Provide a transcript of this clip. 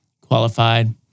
qualified